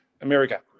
america